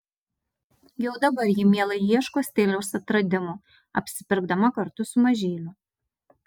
jau dabar ji mielai ieško stiliaus atradimų apsipirkdama kartu su mažyliu